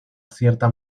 cierta